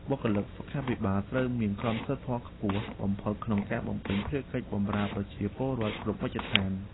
បុគ្គលិកសុខាភិបាលត្រូវមានក្រមសីលធម៌ខ្ពស់បំផុតក្នុងការបំពេញភារកិច្ចបម្រើប្រជាពលរដ្ឋគ្រប់មជ្ឈដ្ឋាន។